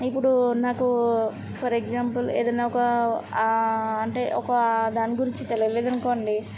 ఇప్పుడు నాకు for example ఏదైనా ఒక అంటే ఒక దాని గురించి తెలియలేదు అనుకోండి